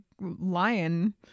Lion